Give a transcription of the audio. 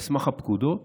על סמך הפקודות